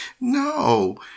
no